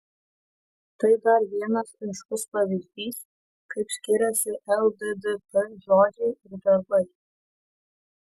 tai dar vienas aiškus pavyzdys kaip skiriasi lddp žodžiai ir darbai